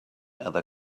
other